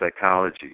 psychology